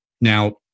Now